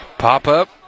pop-up